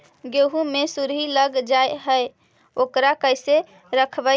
गेहू मे सुरही लग जाय है ओकरा कैसे रखबइ?